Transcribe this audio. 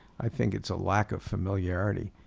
i think it's a lack of familiarity.